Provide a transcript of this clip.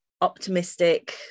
optimistic